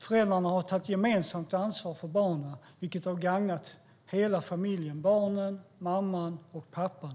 Föräldrarna har tagit gemensamt ansvar för barnen, vilket har gagnat hela familjen: barnen, mamman och pappan.